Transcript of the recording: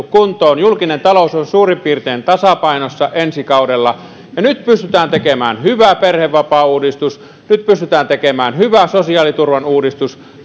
kuntoon julkinen talous on suurin piirtein tasapainossa ensi kaudella nyt pystytään tekemään hyvä perhevapaauudistus nyt pystytään tekemään hyvä sosiaaliturvan uudistus